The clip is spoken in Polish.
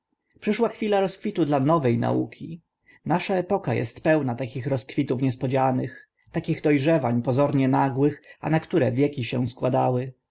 przyszła chwila rozkwitu dla nowe nauki nasza epoka est pełna takich rozkwitów niespodzianych takich do rzewań pozornie nagłych a na które wieki się składały